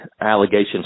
allegations